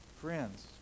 Friends